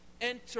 enter